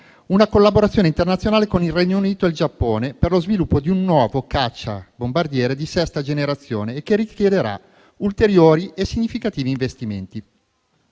una collaborazione internazionale con il Regno Unito e il Giappone per lo sviluppo di un nuovo caccia bombardiere di sesta generazione che richiederà ulteriori e significativi investimenti.